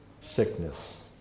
sickness